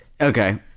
okay